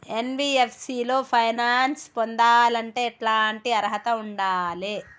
NBFC లో finance పొందాలంటే ఎట్లాంటి అర్హత ఉండాలే?